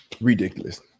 Ridiculous